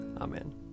Amen